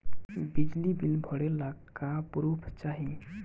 बिजली बिल भरे ला का पुर्फ चाही?